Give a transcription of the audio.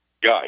guy